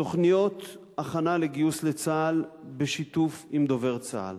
תוכניות הכנה לגיוס לצה"ל בשיתוף דובר צה"ל,